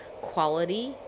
quality